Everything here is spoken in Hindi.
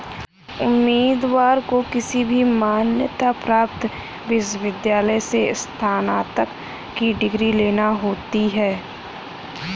उम्मीदवार को किसी भी मान्यता प्राप्त विश्वविद्यालय से स्नातक की डिग्री लेना होती है